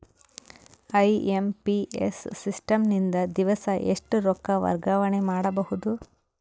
IMPS system ನಿಂದ ದಿವಸಾ ಎಷ್ಟ ರೊಕ್ಕ ವರ್ಗಾವಣೆ ಮಾಡಬಹುದು?